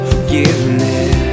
Forgiveness